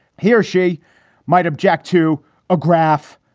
he or she might object to a graph,